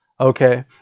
okay